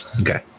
okay